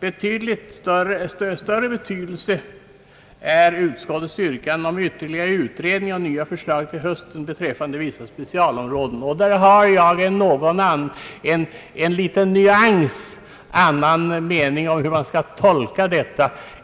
Av större betydelse är utskottets yrkande om att till hösten få ytterligare utredning av nya: förslag beträffande specialområden. Jag har i viss utsträckning en annan mening